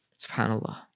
SubhanAllah